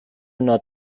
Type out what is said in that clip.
not